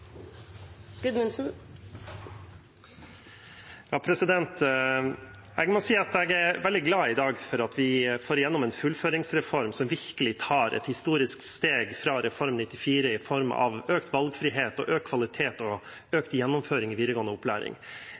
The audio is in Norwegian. får igjennom en fullføringsreform som virkelig tar et historisk steg fra Reform 94, i form av økt valgfrihet, økt kvalitet og økt gjennomføring i videregående opplæring.